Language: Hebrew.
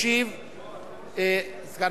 ישיב שר